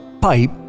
pipe